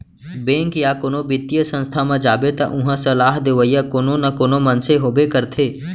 bank या कोनो भी बित्तीय संस्था म जाबे त उहां सलाह देवइया कोनो न कोनो मनसे होबे करथे